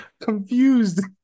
confused